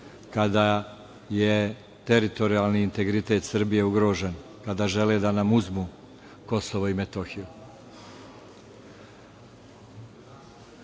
kada je teritorijalni integritet Srbije ugrožen, kada žele da nam uzmu Kosovo i Metohiju.